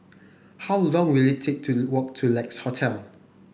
how long will it take to walk to Lex Hotel